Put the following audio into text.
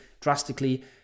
drastically